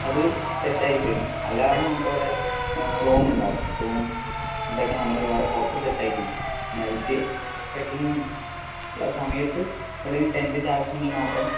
അത് സെറ്റാക്കിത്തരും അല്ല പറഞ്ഞാൽ നമുക്ക് അവിടെ റൂമുണ്ടാവും റൂം ഫുഡ്ഡോക്കെ നമ്മള് വേറെ പുറത്തു സേറ്റാക്കിയിട്ടുണ്ടാകും നൈറ്റ് ട്രെക്കിങ്ങും ഉള്ള സമയത്ത് എവിടെയെങ്കിലും ടെന്റിൻ്റെ ആവശ്യം ഉണ്ടെങ്കിൽ മാത്രം